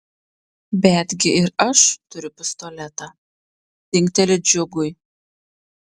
betgi ir aš turiu pistoletą dingteli džiugui